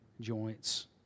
joints